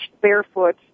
barefoot